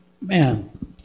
Man